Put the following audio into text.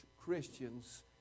Christians